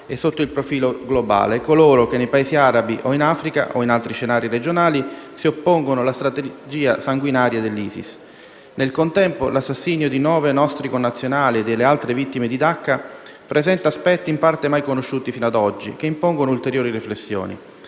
e, sotto il profilo globale, coloro che nei Paesi arabi, in Africa o in altri scenari regionali si oppongono alla strategia sanguinaria dell'ISIS. Nel contempo, l'assassinio di nove nostri connazionali e delle altre vittime a Dacca presenta aspetti in parte mai conosciuti fino ad oggi, che impongono ulteriori riflessioni.